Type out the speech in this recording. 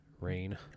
rain